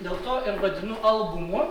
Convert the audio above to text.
dėl to ir vadinu albumu